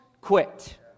quit